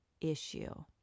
issue